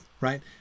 right